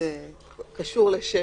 זה קשור לסעיף 6,